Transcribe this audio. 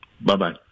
Bye-bye